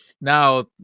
now